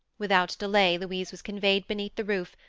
without delay, louise was conveyed beneath the roof,